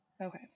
Okay